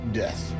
death